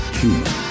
human